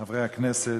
חברי הכנסת,